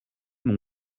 mon